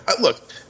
Look